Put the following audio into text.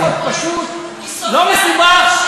הוא חוק פשוט, לא מסובך.